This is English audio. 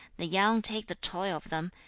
the young take the toil of them,